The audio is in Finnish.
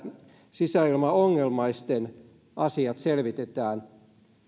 sisäilmaongelmaisten asiat selvitetään